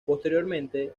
posteriormente